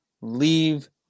leave